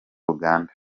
uganda